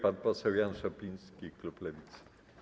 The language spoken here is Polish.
Pan poseł Jan Szopiński, klub Lewicy.